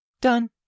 Done